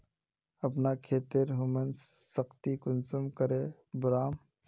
अपना खेतेर ह्यूमस शक्ति कुंसम करे बढ़ाम?